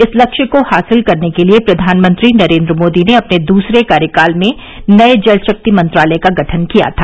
इस लक्ष्य को हासिल करने के लिए प्रधानमंत्री नरेन्द्र मोदी ने अपने दूसरे कार्यकाल में नये जल शक्ति मंत्रालय का गठन किया था